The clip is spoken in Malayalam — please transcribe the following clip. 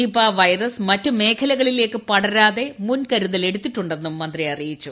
നിപ വൈറസ് മറ്റു മേഖലകളിലേയ്ക്ക് പടരാതെ മുൻകരുതലെടുത്തിട്ടു ന്നും മന്ത്രി അറിയിച്ചു